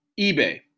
ebay